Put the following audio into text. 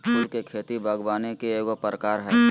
फूल के खेती बागवानी के एगो प्रकार हइ